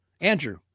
Andrew